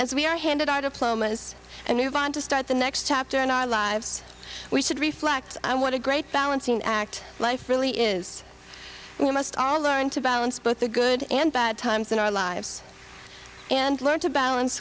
as we are handed out of plumas and move on to start the next chapter in our lives we should reflect on what a great balancing act life really is we must all learn to balance both the good and bad times in our lives and learn to balance